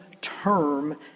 term